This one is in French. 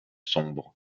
sombre